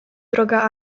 droga